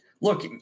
look